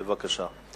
בבקשה.